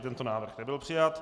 Tento návrh nebyl přijat.